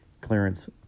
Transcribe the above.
clearance